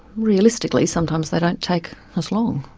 realistically sometimes they don't take as long,